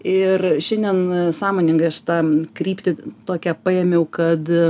ir šiandien sąmoningai aš tą kryptį tokią paėmiau kad